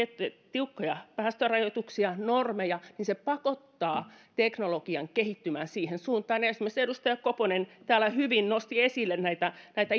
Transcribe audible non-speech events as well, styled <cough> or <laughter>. tiukkoja päästörajoituksia normeja niin se pakottaa teknologian kehittymään siihen suuntaan esimerkiksi edustaja koponen täällä hyvin nosti esille näitä näitä <unintelligible>